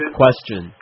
question